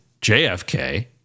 JFK